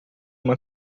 uma